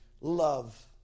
love